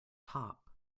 top